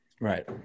Right